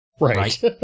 Right